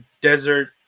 desert